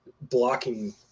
blocking